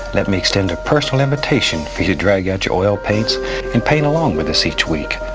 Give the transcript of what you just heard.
let me extend a personal invitation for you to drag out your oil paints and paint along with us each week.